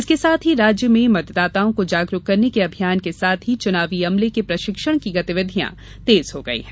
इसके साथ ही राज्य में मतदाताओं को जागरूक करने के अभियान के साथ ही चुनावी अमले के प्रशिक्षण की गतिविधियां तेज हो गयी है